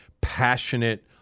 Passionate